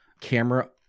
camera